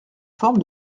forme